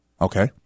Okay